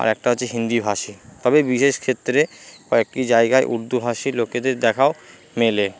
আর একটা হচ্ছে হিন্দিভাষী তবে বিশেষ ক্ষেত্রে কয়েকটি জায়গায় উর্দুভাষী লোকেদের দেখাও মেলে